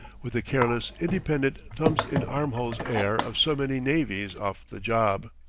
with the careless, independent thumbs-in-armholes air of so many navvies off the job.